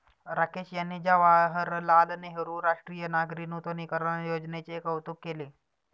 राकेश यांनी जवाहरलाल नेहरू राष्ट्रीय नागरी नूतनीकरण योजनेचे कौतुक केले